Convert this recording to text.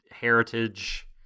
heritage